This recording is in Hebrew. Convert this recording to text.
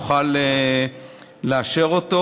ומחר נוכל לאשר אותו.